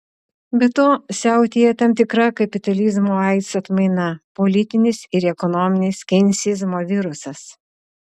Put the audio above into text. be to siautėja tam tikra kapitalizmo aids atmaina politinis ir ekonominis keinsizmo virusas